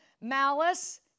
malice